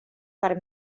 per